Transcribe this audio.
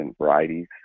varieties